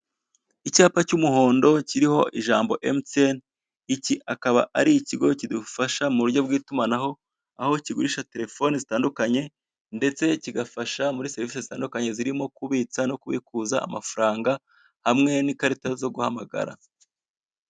Icyapa cy' umuhondo kiriho ijambo emutiyene, iki akaba ari ikigo kidufasha muburyo bwitumanaho, aho kigurisha Telefone zitandukanye, ndetse kigafasha muri serivisi zitandukanye zirimo kubitsa no kubikuza amafaranga ,hamwe n' ikarita zo guhamagara.